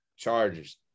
Chargers